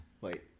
Wait